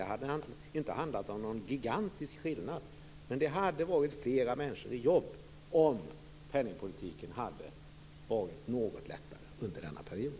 Det hade inte handlat om någon gigantisk skillnad. Men det hade varit fler människor i jobb om penningpolitiken hade varit något lättare under denna period.